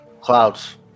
Clouds